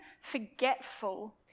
forgetful